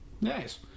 Nice